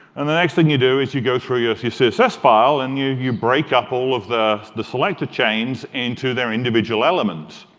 and the next thing you do is you go through your css file and you you break up all of the the selected chains into their individual elements.